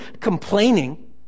complaining